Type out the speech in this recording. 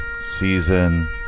season